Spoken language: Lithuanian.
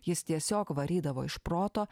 jis tiesiog varydavo iš proto